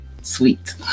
sweet